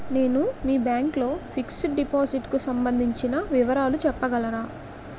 నేను మీ బ్యాంక్ లో ఫిక్సడ్ డెపోసిట్ కు సంబందించిన వివరాలు చెప్పగలరా?